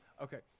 okay